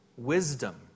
Wisdom